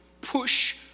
push